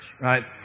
right